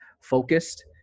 focused